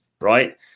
right